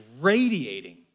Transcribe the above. radiating